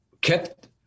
kept